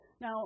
Now